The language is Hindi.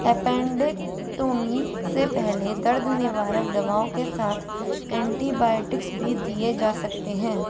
एपेंडेक्टोमी से पहले दर्द निवारक दवाओं के साथ एंटीबायोटिक्स भी दिए जा सकते हैं